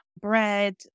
bread